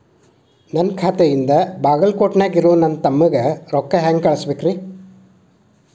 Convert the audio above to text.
ನನ್ನ ಖಾತೆಯಿಂದ ಬಾಗಲ್ಕೋಟ್ ನ್ಯಾಗ್ ಇರೋ ನನ್ನ ತಮ್ಮಗ ರೊಕ್ಕ ಹೆಂಗ್ ಕಳಸಬೇಕ್ರಿ?